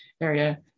area